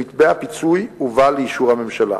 ומתווה הפיצוי הובא לאישור הממשלה.